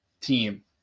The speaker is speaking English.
team